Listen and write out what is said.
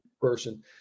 person